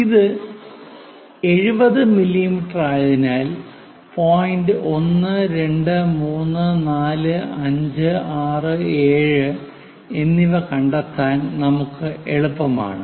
ഇത് 70 മില്ലീമീറ്റർ ആയതിനാൽ പോയിന്റ് 1 2 3 4 5 6 7 എന്നിവ കണ്ടെത്താൻ നമുക്ക് എളുപ്പമാണ്